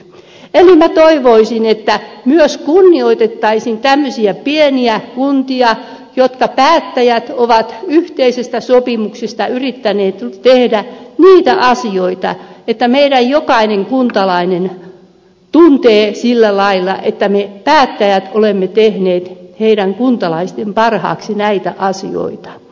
eli minä toivoisin että kunnioitettaisiin myös tämmöisiä pieniä kuntia joiden päättäjät ovat yhteisestä sopimuksesta yrittäneet tehdä niitä asioita että meidän jokainen kuntalaisemme tuntee sillä lailla että me päättäjät olemme tehneet heidän kuntalaisten parhaaksi näitä asioita